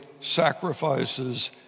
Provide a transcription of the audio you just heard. sacrifices